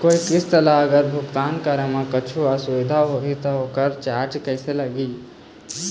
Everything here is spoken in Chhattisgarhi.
कोई किस्त ला अगर भुगतान करे म कुछू असुविधा होही त ओकर चार्ज कैसे लगी?